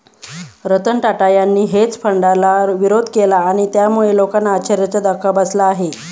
रतन टाटा यांनी हेज फंडाला विरोध केला आणि त्यामुळे लोकांना आश्चर्याचा धक्का बसला आहे